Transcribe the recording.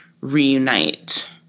reunite